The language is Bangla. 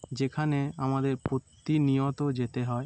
যেখানে আমাদের প্রতিনিয়ত যেতে হয়